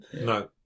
No